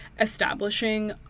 establishing